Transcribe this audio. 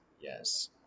yes